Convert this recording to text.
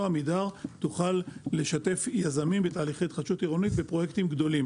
עמידר תוכל לשתף יזמים בתהליכי התחדשות עירונית ופרויקטים גדולים.